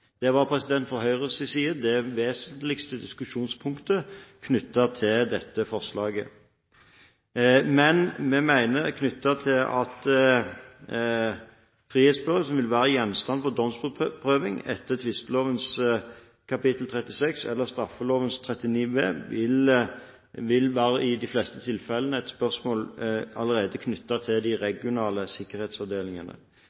Det var fra Høyres side det vesentligste diskusjonspunktet knyttet til dette forslaget. Men når det gjelder frihetsbrudd som vil være gjenstand for domsprøving etter tvisteloven kap. 36 eller straffeloven kap. 39 b, mener vi det i de fleste tilfellene vil være et spørsmål knyttet til de